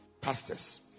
Pastors